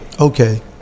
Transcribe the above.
Okay